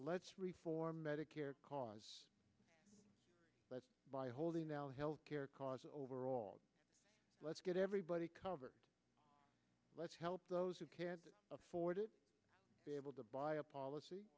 let's reform medicare cause but by holding our health care cause overall let's get everybody covered let's help those who can't afford it be able to buy a policy